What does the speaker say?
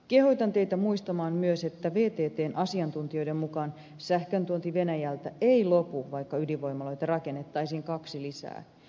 kehotan teitä muistamaan myös että vttn asiantuntijoiden mukaan sähkön tuonti venäjältä ei lopu vaikka ydinvoimaloita rakennettaisiin kaksi lisää